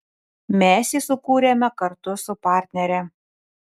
mes jį sukūrėme kartu su partnere